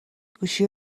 گوشی